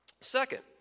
Second